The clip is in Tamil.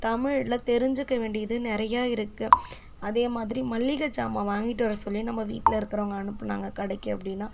தமிழில் தெரிஞ்சுக்க வேண்டியது நிறையா இருக்கு அதே மாதிரி மளிகை சாமான் வாங்கிகிட்டு வர சொல்லி நம்ம வீட்டில் இருக்கிறவங்க அனுப்புனாங்க கடைக்கு அப்படினா